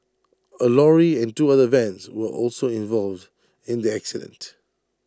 A lorry and two other vans were also involved in the accident